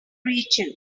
rachel